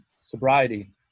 sobriety